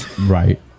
right